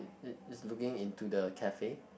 it it's looking into the cafe